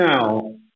now